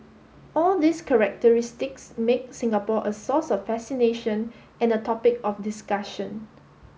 all these characteristics make Singapore a source of fascination and a topic of discussion